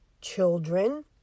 children